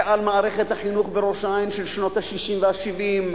ועל מערכת החינוך בראש-העין של שנות ה-60 וה-70.